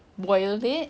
boil it